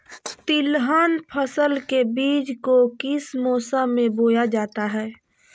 तिलहन फसल के बीज को किस मौसम में बोया जाता है?